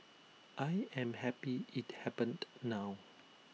I am happy IT happened now